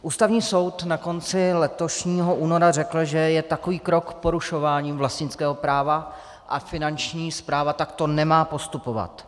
Ústavní soud na konci letošního února řekl, že je takový krok porušováním vlastnického práva a Finanční správa takto nemá postupovat.